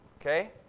okay